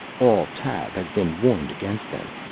all tav has been warned against them.